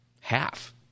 half